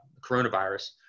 coronavirus